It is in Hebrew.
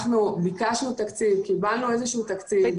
ביקשנו תקציב, קיבלנו תקציב מסוים.